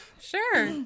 Sure